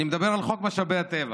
אני מדבר על חוק משאבי הטבע.